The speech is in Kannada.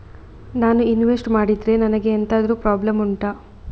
ನಾನು ಇನ್ವೆಸ್ಟ್ ಮಾಡಿದ್ರೆ ನನಗೆ ಎಂತಾದ್ರು ಪ್ರಾಬ್ಲಮ್ ಉಂಟಾ